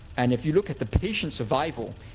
and if you look at the patient survival,